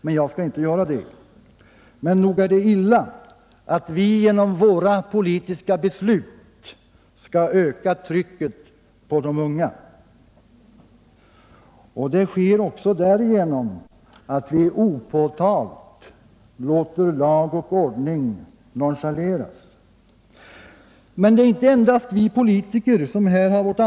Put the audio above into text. Jag skall dock inte närmare gå in på det spörsmålet, men det är illa att vi genom våra politiska beslut skall öka trycket på de unga. Det gör vi också därigenom att vi opåtalat låter lag och ordning nonchaleras. Det är emellertid inte endast vi politiker som har ansvar därvidlag.